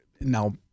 now